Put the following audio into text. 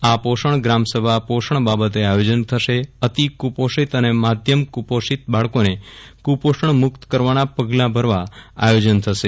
આ પોષણ ગ્રામસભામાં પોષણ બાબતે આયોજન થશે અતિ કુપોષિત અને મધ્યમ કુપોષિત બાળકીને કુપોષણ મુક્ત કરવાના પગલા ભરવા આયોજન થશે